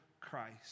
Christ